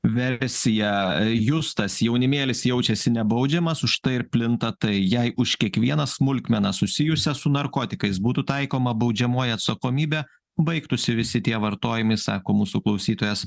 versija justas jaunimėlis jaučiasi nebaudžiamas už tai ir plinta tai jai už kiekvieną smulkmeną susijusią su narkotikais būtų taikoma baudžiamoji atsakomybė baigtųsi visi tie vartojami sako mūsų klausytojas